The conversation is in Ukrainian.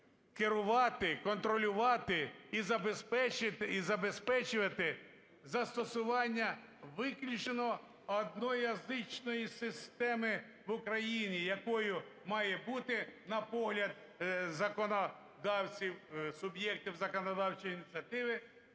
керувати, контролювати і забезпечувати застосування виключно одноязичної системи в Україні, якою має бути, на погляд законодавців, суб'єктів законодавчої ініціативи,